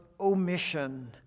omission